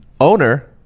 owner